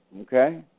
Okay